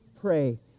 pray